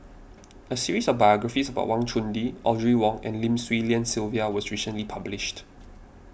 a series of biographies about Wang Chunde Audrey Wong and Lim Swee Lian Sylvia was recently published